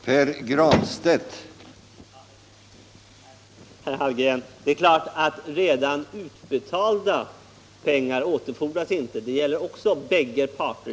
Herr talman! Det är klart, herr Hallgren, att redan utbetalda pengar återfordras inte. Det gäller också lika för bägge parter.